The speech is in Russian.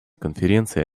конференции